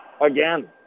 again